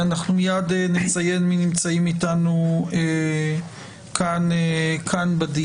התשפ"ב 2022. אנחנו מיד נציין מי נמצאים איתנו כאן בדיון.